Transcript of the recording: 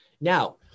Now